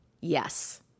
Yes